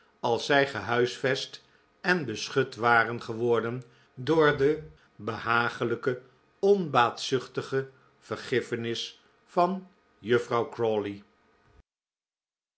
als zij gehuisvest en beschut waren geworden door de behaaglijke onbaatzuchtige vergiffenis van juffrouw